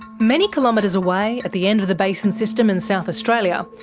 many kilometres away, at the end of the basin system in south australia,